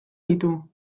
ditu